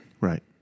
Right